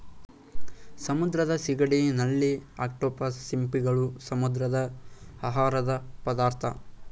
ಸಮುದ್ರದ ಸಿಗಡಿ, ನಳ್ಳಿ, ಅಕ್ಟೋಪಸ್, ಸಿಂಪಿಗಳು, ಸಮುದ್ರದ ಆಹಾರದ ಪದಾರ್ಥ